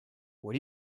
what